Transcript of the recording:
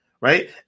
right